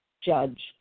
judge